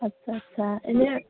আচ্চা আচ্চা এনে